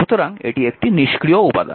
সুতরাং এটি একটি নিষ্ক্রিয় উপাদান